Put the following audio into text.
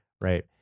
right